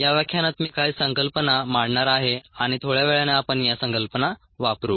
या व्याख्यानात मी काही संकल्पना मांडणार आहे आणि थोड्या वेळाने आपण या संकल्पना वापरू